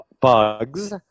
bugs